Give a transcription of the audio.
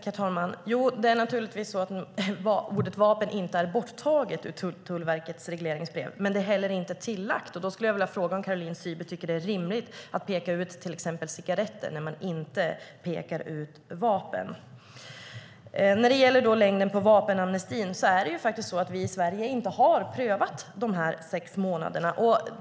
Herr talman! Det är naturligtvis så att ordet "vapen" inte är borttaget ur Tullverkets regleringsbrev. Men det är inte heller tillagt. Då skulle jag vilja fråga om Caroline Szyber tycker att det är rimligt att peka ut till exempel cigaretter när man inte pekar ut vapen. När det gäller längden på vapenamnestin: Vi i Sverige har faktiskt inte prövat att ha sex månader.